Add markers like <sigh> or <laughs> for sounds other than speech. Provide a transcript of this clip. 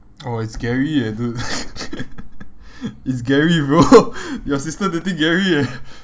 oh it's gary eh dude <laughs> it's gary bro your sister dating gary eh